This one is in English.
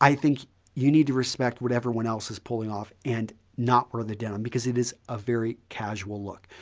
i think you need to respect what everyone else is pulling off and not wear the denim because it is a very casual look.